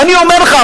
ואני אומר לך,